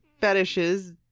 fetishes